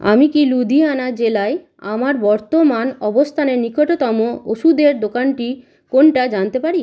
আমি কি লুধিয়ানা জেলায় আমার বর্তমান অবস্থানের নিকটতম ওষুধের দোকানটি কোনটা জানতে পারি